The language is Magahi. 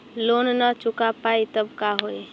लोन न चुका पाई तब का होई?